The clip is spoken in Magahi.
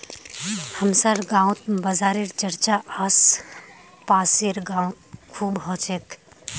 हमसार गांउत बाजारेर चर्चा आस पासेर गाउत खूब ह छेक